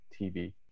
tv